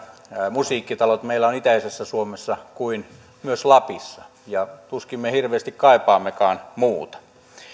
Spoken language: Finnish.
musiikkitalot meillä on itäisessä suomessa kuin myös lapissa ja tuskin me hirveästi kaipaammekaan muuta